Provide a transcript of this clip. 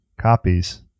copies